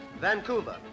Vancouver